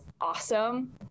Awesome